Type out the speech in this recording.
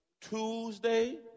Tuesday